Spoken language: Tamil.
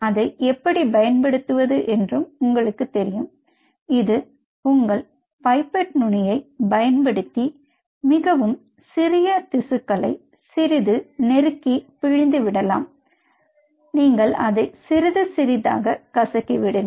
அதைப் எப்படி பயன்படுத்துவது என்றும் உங்களுக்குத் தெரியும் இது உங்கள் பைப்பேட் நுனியைப் பயன்படுத்தி மிகவும் சிறிய திசுக்களை சிறிது நெருக்கி பிழிந்து விடலாம் நீங்கள் அதை சிறிது சிறிதாக கசக்கி விடுங்கள்